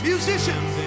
Musicians